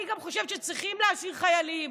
אני גם חושבת שצריך להשאיר חיילים,